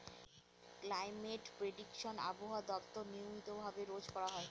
climate prediction আবহাওয়া দপ্তর নিয়মিত ভাবে রোজ করা হয়